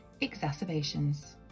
exacerbations